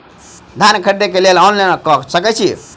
खाद खरीदे केँ लेल ऑनलाइन कऽ सकय छीयै?